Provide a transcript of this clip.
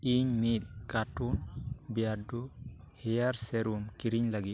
ᱤᱧ ᱢᱤᱫ ᱠᱤᱨᱤᱧ ᱞᱟᱹᱜᱤᱫ